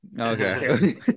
Okay